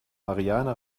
ariane